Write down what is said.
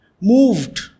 moved